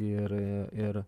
ir ir